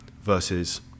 versus